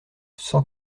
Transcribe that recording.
cent